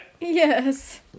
Yes